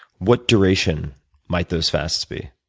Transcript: what duration might those fasts be?